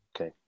Okay